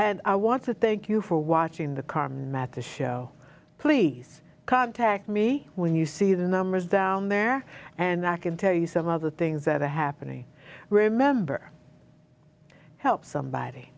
and i want to thank you for watching the car matched the show please contact me when you see the numbers down there and i can tell you some of the things that are happening remember help somebody